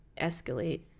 escalate